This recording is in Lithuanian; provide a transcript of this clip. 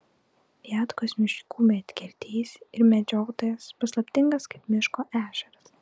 viatkos miškų medkirtys ir medžiotojas paslaptingas kaip miško ežeras